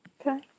Okay